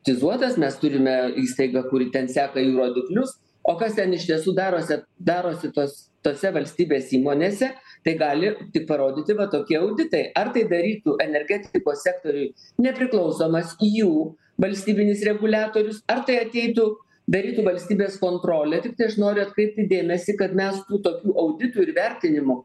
tizuotas mes turime įstaigą kuri ten seka jų roduklius o kas ten iš tiesų darosi darosi tos tose valstybės įmonėse tai gali tik parodyti va tokie auditai ar tai darytų energetikos sektoriuj nepriklausomas jų valstybinis reguliatorius ar tai ateitų daryti valstybės kontrolė tiktai aš noriu atkreipti dėmesį kad mes tų tokių auditų ir vertinimų